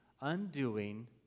undoing